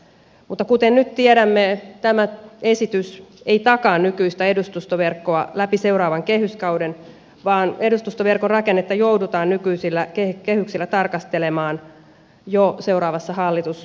mutta kuten nyt tiedämme tämä esitys ei takaa nykyistä edustustoverkkoa läpi seuraavan kehyskauden vaan edustustoverkon rakennetta joudutaan nykyisillä kehyksillä tarkastelemaan jo seuraavassa hallitusohjelmassa